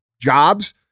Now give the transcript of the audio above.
jobs